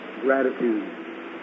gratitude